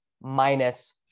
minus